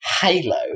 Halo